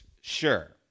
sure